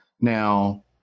Now